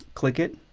click it.